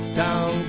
down